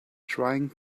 trying